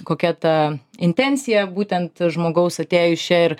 kokia ta intencija būtent žmogaus atėjus čia ir